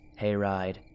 hayride